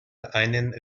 einen